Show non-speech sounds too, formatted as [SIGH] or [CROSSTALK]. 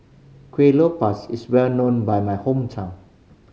kuih [UNINTELLIGIBLE] is well known by my hometown